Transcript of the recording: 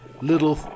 little